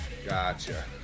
Gotcha